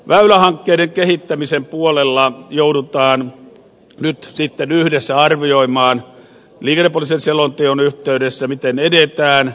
väylähankkeiden kehittämisen puolella joudutaan nyt sitten yhdessä arvioimaan liikennepoliittisen selonteon yhteydessä miten edetään